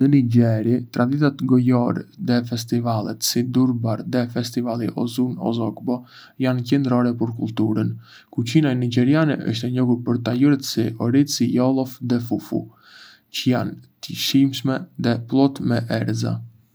Në Nigeri, traditat gojore dhe festivalet si Durbar dhe Festivali Osun-Osogbo janë qendrore për kulturën. Kuzhina nigeriane është e njohur për tajuret si orizi jollof dhe fufu, çë janë të shijshme dhe plot me erëza.